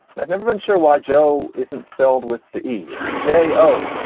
i've never been sure why joe isn't spelled with e! it's j o.